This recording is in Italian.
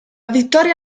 vittoria